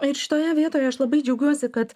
ir šitoje vietoje aš labai džiaugiuosi kad